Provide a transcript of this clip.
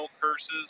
curses